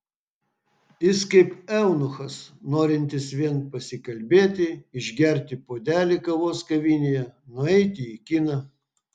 jis kaip eunuchas norintis vien pasikalbėti išgerti puodelį kavos kavinėje nueiti į kiną